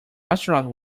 astronaut